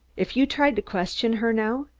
if you tried to question her now,